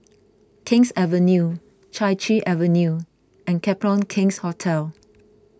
King's Avenue Chai Chee Avenue and Copthorne King's Hotel